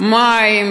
מים,